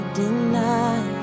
deny